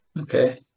Okay